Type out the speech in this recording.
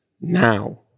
now